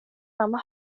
sama